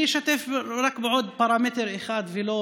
אני אשתף רק בעוד פרמטר אחד, ולא